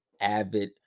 avid